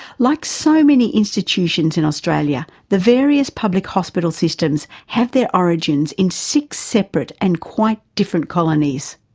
like so many institutions in australia, the various public hospital systems have their origins in six separate and quite different colonies.